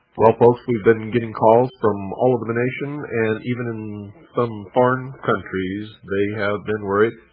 well, folks, we've been getting calls from all over the nation, and even in some foreign countries. they have been worried.